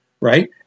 right